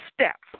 steps